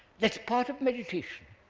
that is part of meditation.